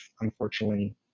unfortunately